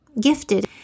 gifted